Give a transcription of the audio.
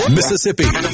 Mississippi